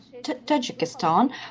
Tajikistan